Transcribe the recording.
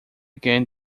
gain